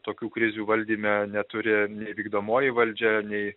tokių krizių valdyme neturi nei vykdomoji valdžia nei